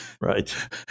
right